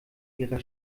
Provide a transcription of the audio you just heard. ihrer